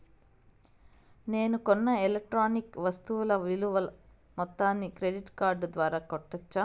నేను కొన్న ఎలక్ట్రానిక్ వస్తువుల విలువ మొత్తాన్ని క్రెడిట్ కార్డు ద్వారా కట్టొచ్చా?